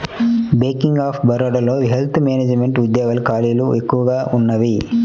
bank of బరోడాలోని wealth management ఉద్యోగాల ఖాళీలు ఎక్కువగా ఉన్నయ్యి